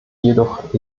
jedoch